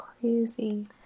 crazy